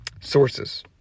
sources